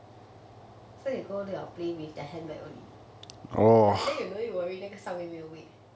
so you go to your plane with the handbag only ya then you don't need to worry later 上面没有位